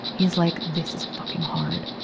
he's like, this is fucking hard.